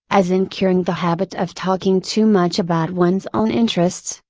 as in curing the habit of talking too much about one's own interests,